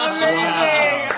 Amazing